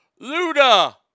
Luda